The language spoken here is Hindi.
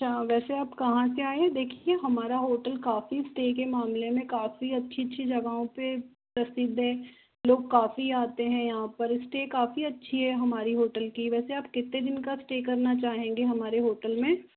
वैसे आप कहाँ से आए है देखिये हमारा होटल काफी स्टे के मामले में काफी अच्छी अच्छी जगहों पर प्रसिद्ध है लोग काफी आते हैं यहाँ पर स्टे काफी अच्छी है हमारे होटल कि वैसे आप कितने दिन का स्टे करना चाहेंगे हमारे होटल में